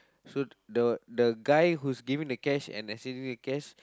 so the the guy who's giving the cash and receiving the cash